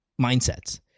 mindsets